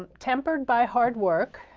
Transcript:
ah tempered by hard work,